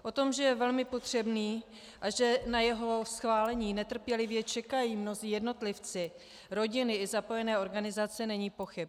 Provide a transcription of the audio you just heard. O tom, že je velmi potřebný a že na jeho schválení netrpělivě čekají mnozí jednotlivci, rodiny i zapojené organizace, není pochyb.